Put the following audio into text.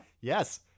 Yes